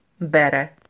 better